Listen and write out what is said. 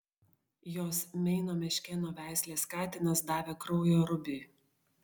jos meino meškėno veislės katinas davė kraujo rubiui